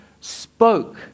spoke